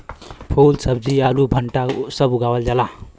फूल सब्जी आलू भंटा सब उगावल जाला